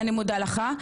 אני מודה לך.